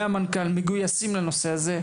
שמגויס לחלוטין לנושא הזה,